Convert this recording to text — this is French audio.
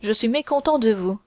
je suis mécontent de vous